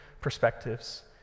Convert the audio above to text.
perspectives